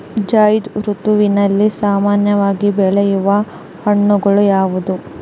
ಝೈಧ್ ಋತುವಿನಲ್ಲಿ ಸಾಮಾನ್ಯವಾಗಿ ಬೆಳೆಯುವ ಹಣ್ಣುಗಳು ಯಾವುವು?